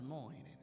anointing